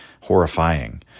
horrifying